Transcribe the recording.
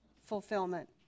fulfillment